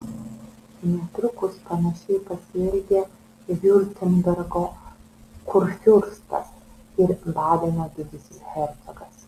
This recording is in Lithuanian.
netrukus panašiai pasielgė viurtembergo kurfiurstas ir badeno didysis hercogas